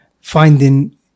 finding